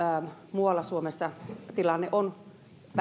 muualla suomessa tilanne on